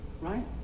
Right